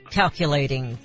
calculating